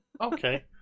okay